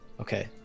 Okay